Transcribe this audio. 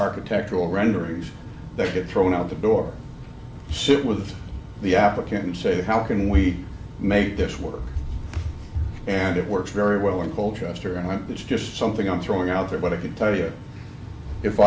architectural renderings that get thrown out the door sit with the applicant and say how can we make this work and it works very well in colchester and it's just something i'm throwing out there but i can tell you if